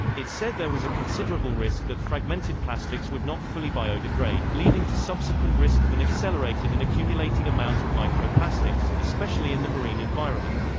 it said there was a considerable risk that fragmented plastics would not fully biodegrade, leading to subsequent risk of an accelerated and accumulating amount of microplastics, especially in the marine environment.